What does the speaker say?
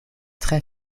tre